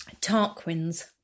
Tarquin's